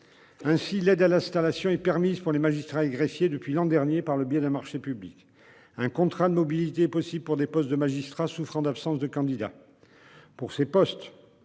Ainsi, l'aide à l'installation est permise pour les magistrats et greffiers depuis l'an dernier, par le biais d'un marché public. Un contrat de mobilité est aussi possible pour des postes de magistrat souffrant d'une absence de candidats : pour ces postes,